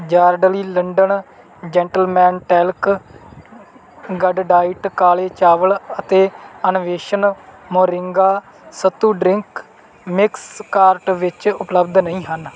Yardley London gentleman talc Good Diet ਕਾਲੇ ਚਾਵਲ ਅਤੇ Anveshan moringa sattu drink mix cart ਵਿੱਚ ਉਪਲੱਬਧ ਨਹੀਂ ਹਨ